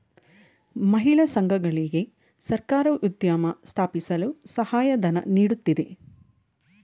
ಮಹಿಳಾ ಸಂಘಗಳಿಗೆ ಸರ್ಕಾರ ಉದ್ಯಮ ಸ್ಥಾಪಿಸಲು ಸಹಾಯಧನ ನೀಡುತ್ತಿದೆ